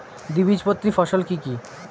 দ্বিবীজপত্রী ফসল কি কি?